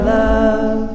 love